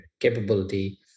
capability